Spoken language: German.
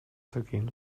zergehen